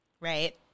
Right